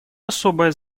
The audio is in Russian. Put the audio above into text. особое